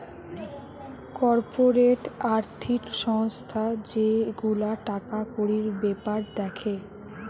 corporate আর্থিক সংস্থা যে গুলা টাকা কড়ির বেপার দ্যাখে